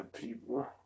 people